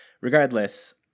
regardless